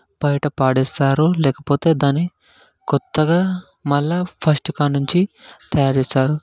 బయట పడేస్తారు లేకపోతే దాన్ని కొత్తగా మళ్ళీ ఫస్ట్ నుంచి తయారు చేస్తారు